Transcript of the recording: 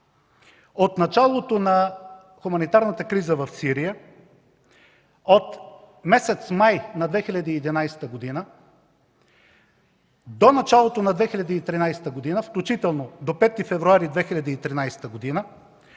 От началото на хуманитарната криза в Сирия, от месец май на 2011 г. до началото на 2013 г., включително до 5 февруари 2013 г.,